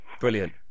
Brilliant